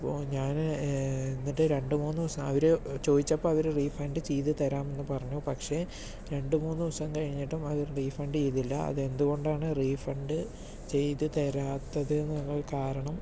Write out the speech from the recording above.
അപ്പോൾ ഞാൻ എന്നിട്ട് രണ്ടു മൂന്ന് ദിവസം അവർ ചോദിച്ചപ്പോൾ അവർ റീഫണ്ട് ചെയ്തു തരാമെന്ന് പറഞ്ഞു പക്ഷെ രണ്ടു മൂന്ന് ദിവസം കഴിഞ്ഞിട്ടും അവർ റീഫണ്ട് ചെയ്തില്ല അത് എന്തുകൊണ്ടാണ് റീഫണ്ട് ചെയ്തു തരാത്തതെന്നുള്ള കാരണം